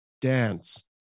dance